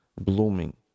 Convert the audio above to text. blooming